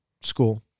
school